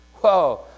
Whoa